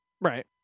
Right